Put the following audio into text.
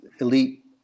elite